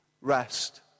rest